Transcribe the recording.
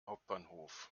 hauptbahnhof